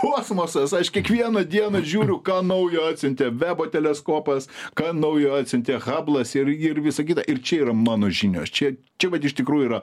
kosmosas aš kiekvieną dieną žiūriu ką naujo atsiuntė vebo teleskopas ką naujo atsiuntė chablas ir ir ir visą kitą ir čia yra mano žinios čia čia vat iš tikrųjų yra